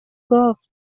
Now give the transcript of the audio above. گفت